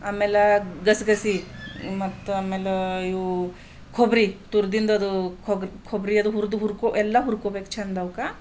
ಆಮೇಲೆ ಗಸಗಸೆ ಮತ್ತೆ ಆಮೇಲೆ ಇವು ಕೊಬ್ಬರಿ ತುರ್ದಿದ್ದದು ಕೊಬ್ ಕೊಬ್ಬರಿ ಅದು ಹುರಿದು ಹುರ್ಕೊ ಎಲ್ಲ ಹುರ್ಕೊಬೇಕು ಚಂದವ್ಕಾ